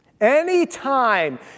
Anytime